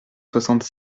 soixante